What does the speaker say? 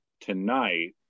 tonight